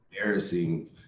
embarrassing